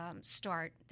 start